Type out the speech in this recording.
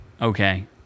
Okay